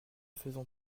faisons